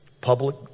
public